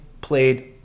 played